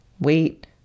wait